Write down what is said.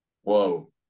Whoa